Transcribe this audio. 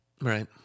Right